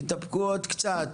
תתאפקו עוד קצת.